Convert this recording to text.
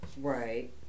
Right